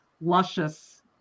luscious